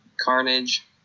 Carnage